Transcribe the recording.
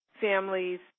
families